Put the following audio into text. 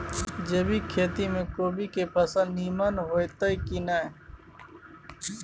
जैविक खेती म कोबी के फसल नीमन होतय की नय?